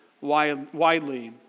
widely